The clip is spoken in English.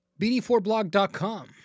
BD4blog.com